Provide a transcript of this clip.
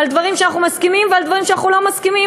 על דברים שאנחנו מסכימים ועל דברים שאנחנו לא מסכימים,